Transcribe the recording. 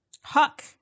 Huck